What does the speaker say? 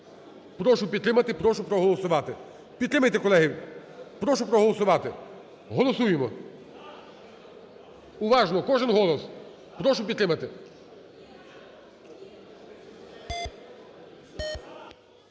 Прошу підтримати і прошу проголосувати. Підтримайте, колеги. Прошу проголосувати. Голосуємо. Уважно! Кожен голос. Прошу підтримати.